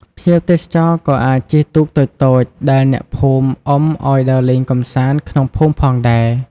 ភ្ញៀវទេសចរណ៍ក៏អាចជិះទូកតូចៗដែលអ្នកភូមិអុំឲ្យដើរលេងកម្សាន្តក្នុងភូមិផងដែរ។